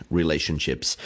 relationships